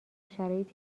شرایطی